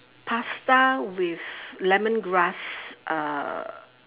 pasta with lemongrass uh